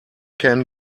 can